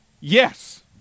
yes